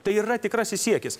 tai yra tikrasis siekis